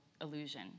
illusion